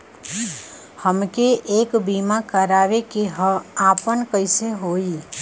हमके एक बीमा करावे के ह आपन कईसे होई?